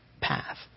path